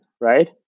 right